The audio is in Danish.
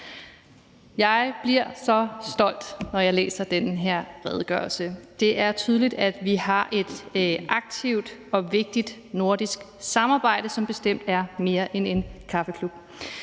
Jeg bliver så stolt, når jeg læser den her redegørelse. Det er tydeligt, at vi har et aktivt og vigtigt nordisk samarbejde, som bestemt er mere end en kaffeklub.